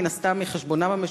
מן הסתם מחשבונם המשותף,